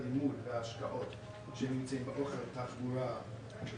קרן הלוואות ללא ריבית לכל המגזר השלישי.